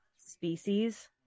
species